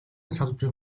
салбарын